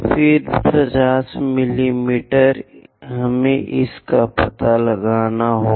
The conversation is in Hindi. फिर 50 मिमी हमें इसका पता लगाना होगा